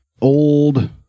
Old